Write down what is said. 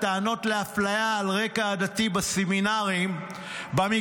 הטענות לאפליה על רקע עדתי בסמינרים במגזר